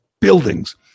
buildings